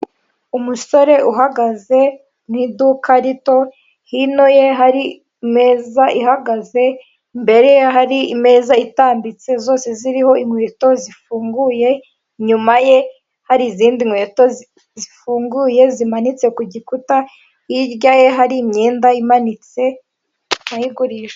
Umusore uhagaze mu iduka rito, hino ye hari imeza ihagaze, imbere ye hari imeza itambitse zose ziriho inkweto zifunguye, inyuma ye hari izindi nkweto zifunguye zimanitse ku gikuta, hirya ye hari imyenda imanitse ayigurisha.